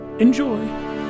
Enjoy